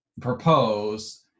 propose